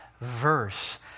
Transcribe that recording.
verse